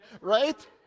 right